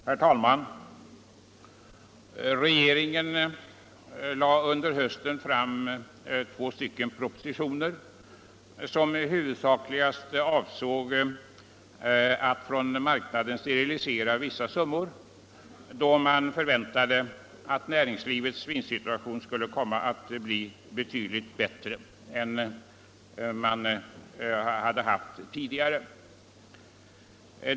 Herr talman! Regeringen lade under hösten fram två propositioner, som huvudsakligast avsåg att från marknaden sterilisera vissa summor, då man förväntade att näringslivets vinstsituation skulle komma att bli betydligt bättre än den varit tidigare.